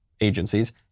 agencies